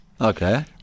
Okay